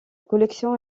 collection